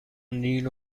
نیل